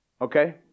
okay